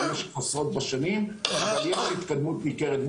במשך עשרות שנים אבל יש התקדמות ניכרת.